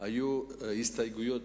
היו הסתייגויות